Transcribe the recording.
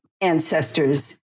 ancestors